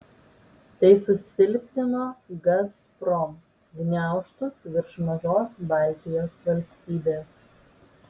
tai susilpnino gazprom gniaužtus virš mažos baltijos valstybės